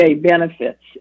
benefits